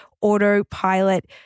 autopilot